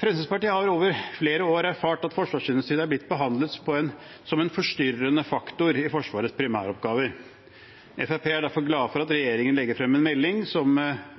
Fremskrittspartiet har over flere år erfart at forsvarsindustrien har blitt behandlet som en forstyrrende faktor i Forsvarets primæroppgaver. Fremskrittspartiet er derfor glad for at regjeringen legger frem en melding